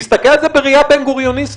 תסתכל על זה בראייה בן-גוריוניסטית.